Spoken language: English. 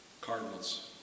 cardinals